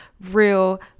real